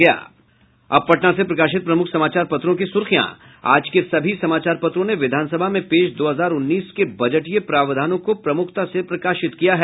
अब पटना से प्रकाशित प्रमुख समाचार पत्रों की सुर्खियां आज के सभी समाचार पत्रों ने विधानसभा में पेश दो हजार उन्नीस के बजटीय प्रावधानों को प्रमुखता से प्रकाशित किया है